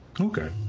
Okay